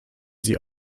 sie